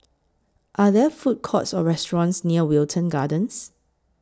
Are There Food Courts Or restaurants near Wilton Gardens